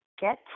get